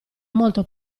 molto